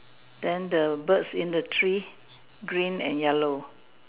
then the birds in the tree green and yellow